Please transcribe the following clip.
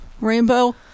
Rainbow